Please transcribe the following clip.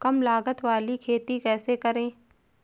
कम लागत वाली खेती कैसे करें?